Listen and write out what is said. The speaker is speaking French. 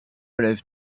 lève